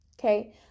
okay